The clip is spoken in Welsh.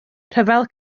rhyfel